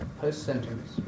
post-sentence